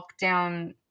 lockdown